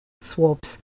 swabs